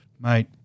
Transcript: mate